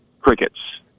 crickets